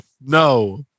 No